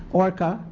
orca,